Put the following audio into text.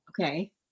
Okay